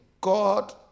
God